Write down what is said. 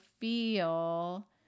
feel